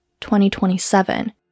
2027